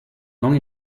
long